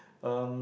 um